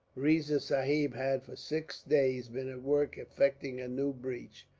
riza sahib had for six days been at work effecting a new breach,